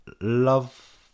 Love